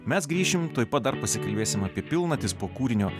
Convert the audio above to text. mes grįšim tuoj pat dar pasikalbėsim apie pilnatis po kūrinio